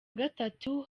gatatu